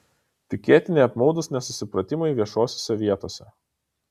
tikėtini apmaudūs nesusipratimai viešosiose vietose